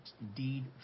indeed